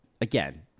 again